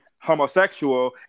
homosexual